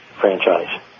franchise